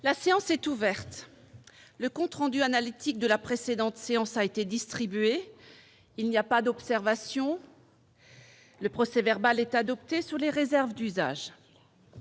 La séance est ouverte, le compte rendu analytique de la précédente séance a été distribué, il n'y a pas d'observation. Le procès verbal est adoptée sous les réserves d'usage.